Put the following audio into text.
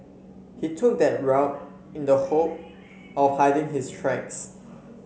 he took that route in the hope of hiding his tracks